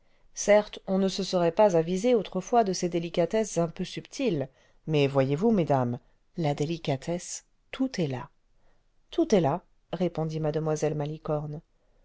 certes on ne se serait pas avisé autrefois cle ces délicatesses un peu subtiles mais voyez-vous mesdames la délicatesse tout est là tout est là répondit m e malicorne